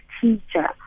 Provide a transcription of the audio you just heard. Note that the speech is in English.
teacher